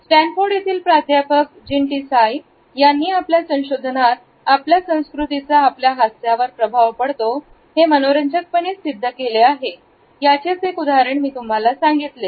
Stanford येथील प्राध्यापक Jeanne Tsai यांनी आपल्या संशोधनात आपल्या संस्कृतीचा आपल्या हास्यावर प्रभाव पडतो हे मनोरंजक पणे सिद्ध केले आहे याचेच एक उदाहरण मी तुम्हाला सांगितले